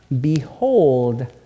Behold